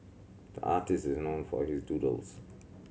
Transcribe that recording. the artist is known for his doodles